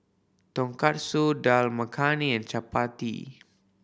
Tonkatsu Dal Makhani and Chapati